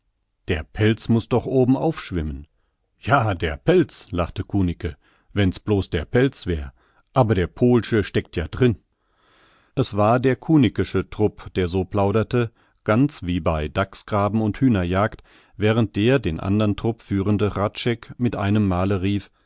der pelz muß doch oben auf schwimmen ja der pelz lachte kunicke wenn's blos der pelz wär aber der pohlsche steckt ja drin es war der kunicke'sche trupp der so plauderte ganz wie bei dachsgraben und hühnerjagd während der den andern trupp führende hradscheck mit einem male rief